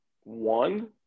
one